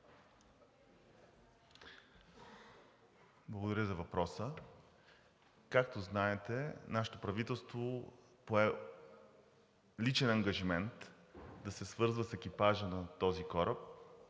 Благодаря за въпроса. Както знаете, нашето правителство пое личен ангажимент да се свързва с екипажа на този кораб